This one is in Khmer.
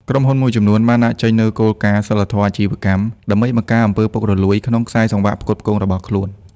ក្រុមហ៊ុនមួយចំនួនបានដាក់ចេញនូវគោលការណ៍ "សីលធម៌អាជីវកម្ម" ដើម្បីបង្ការអំពើពុករលួយក្នុងខ្សែសង្វាក់ផ្គត់ផ្គង់របស់ខ្លួន។